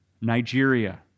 Nigeria